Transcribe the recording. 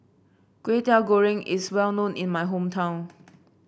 Kway Teow Goreng is well known in my hometown